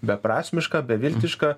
beprasmiška beviltiška